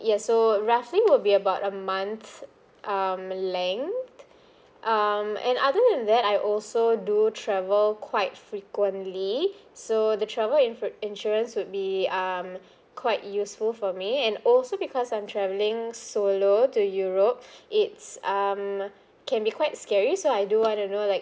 yes so roughly will be about a month um length um and other than that I also do travel quite frequently so the travel in fruit insurance would be um quite useful for me and also because I'm travelling solo to europe it's um can be quite scary so I do want to know like